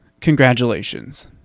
congratulations